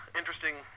interesting